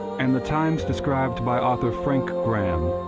and the times described by author frank graham